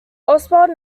oswald